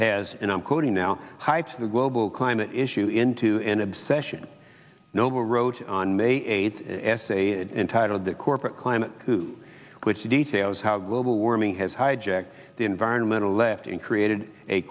has and i'm quoting now hypes the global climate issue into an obsession noble wrote on may eighth essay is entitled the corporate climate to which details how global warming has hijacked the environmental left and created a